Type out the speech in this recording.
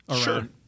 Sure